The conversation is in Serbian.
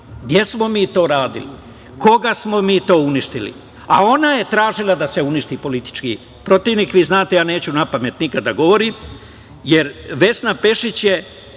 Gde smo mi to radili? Koga smo mi to uništili? A ona je tražila da se uništi politički protivnik. Vi znate, ja neću napamet nikada da govorim, jer Vesna Pešić je